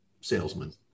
salesman